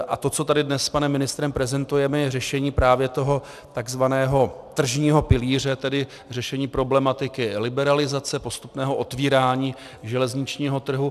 A to, co tady dnes s panem ministrem prezentujeme, je řešení právě toho tzv. tržního pilíře, tedy řešení problematiky liberalizace, postupného otvírání železničního trhu.